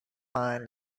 mind